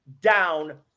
down